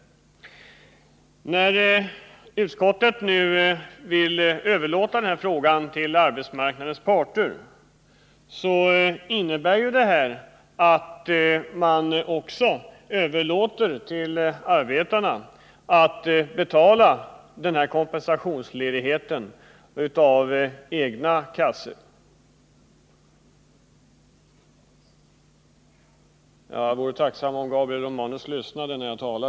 Att utskottet nu vill överlåta denna fråga till arbetsmarknadens parter innebär att man också överlåter till arbetarna att betala denna kompensationsledighet med pengar ur egna kassor.